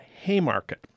Haymarket